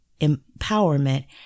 empowerment